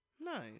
Nice